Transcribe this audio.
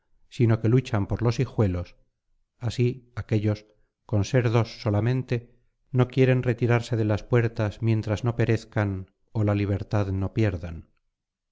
sino que luchan por los hijuelos así aquéllos con ser dos solamente no quieren retirarse de las puertas mientras no perezcan ó la libertad no pierdan